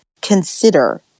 consider